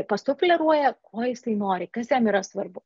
pasufleruoja ko jisai nori kas jam yra svarbu